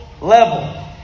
level